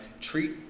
treat